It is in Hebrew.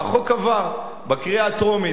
והחוק עבר בקריאה הטרומית.